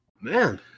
Man